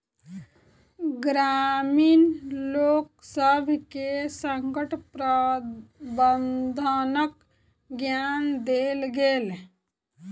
ग्रामीण लोकसभ के संकट प्रबंधनक ज्ञान देल गेल